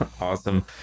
Awesome